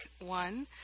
one